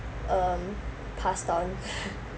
um passed on